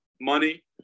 money